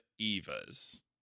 Evas